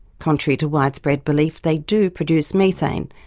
contrary to widespread belief they do produce methane,